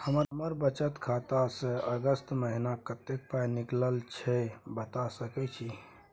हमर बचत खाता स अगस्त महीना कत्ते पाई निकलल छै बता सके छि?